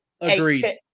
Agreed